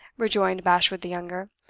rejoined bashwood the younger.